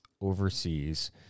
overseas